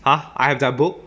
!huh! I have their book